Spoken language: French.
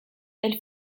elle